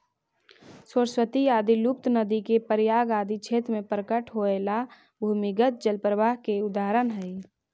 सरस्वती आदि लुप्त नदि के प्रयाग आदि क्षेत्र में प्रकट होएला भूमिगत जल प्रवाह के उदाहरण हई